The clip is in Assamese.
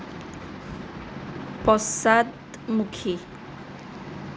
পশ্চাদমুখী